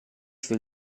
sul